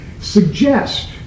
Suggest